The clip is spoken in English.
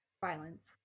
violence